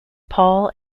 paul